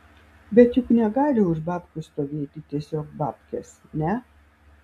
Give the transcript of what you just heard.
bet juk negali už babkių stovėti tiesiog babkės ne